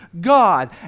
God